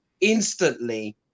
instantly